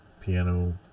piano